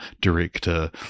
director